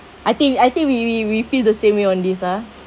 I think I think we we we feel the same way on this ah